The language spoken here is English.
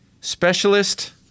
specialist